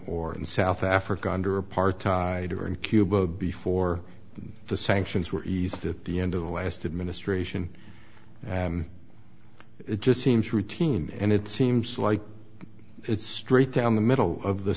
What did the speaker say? or in south africa under apartheid or in cuba before the sanctions were east at the end of the last administration and it just seems routine and it seems like it's straight down the middle of the